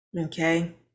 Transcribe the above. okay